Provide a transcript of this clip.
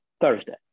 Thursday